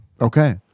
Okay